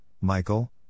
Michael